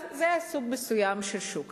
אז זה סוג מסוים של שוק.